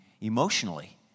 emotionally